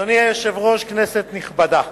אדוני היושב-ראש, כנסת נכבדה,